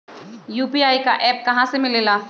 UPI का app कहा से मिलेला?